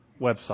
website